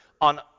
on